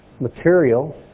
material